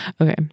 Okay